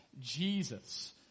Jesus